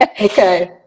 Okay